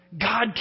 God